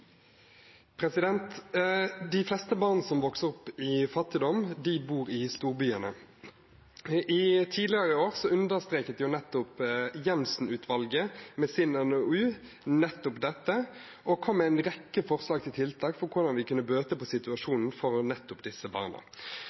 De fleste barn som vokser opp i fattigdom, bor i storbyene. Tidligere i år understreket Jenssen-utvalget med sin NoU nettopp dette og kom med en rekke forslag til tiltak for hvordan vi kan bøte på situasjonen for nettopp disse barna.